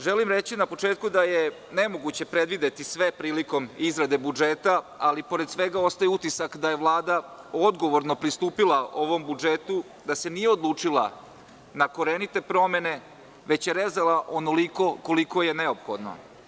Želim reći na početku da je nemoguće predvideti sve prilikom izrade budžeta, ali pored svega ostaje utisak da je Vlada odgovorno pristupila ovom budžetu, da se nije odlučila na korenite promene, već je rezala onoliko koliko je neophodno.